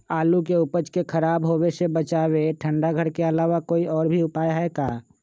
आलू के उपज के खराब होवे से बचाबे ठंडा घर के अलावा कोई और भी उपाय है का?